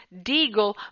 Deagle